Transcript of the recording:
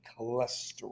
cholesterol